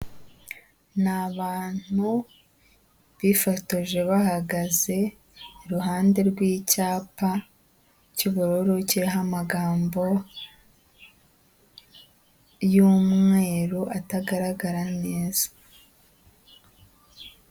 Ni abantu bifotoje bahagaze iruhande rw'icyapa cy'ubururu kiriho amagambo y'umweru atagaragara neza.